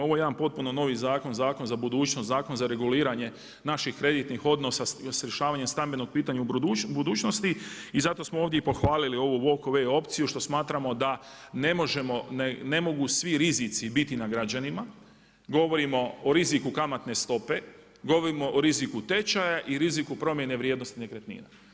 Ovo je jedan potpuno novi zakon, zakon za budućnost, zakon za reguliranje naših kreditnih odnosa sa rješavanjem stambenog pitanja u budućnosti i zato smo ovdje i pohvalili ovu walk away opciju što smatramo da ne mogu svi rizici biti na građanima, govorimo o riziku kamatne stope, govorimo o riziku tečaja i riziku promjene vrijednosti nekretnina.